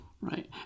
Right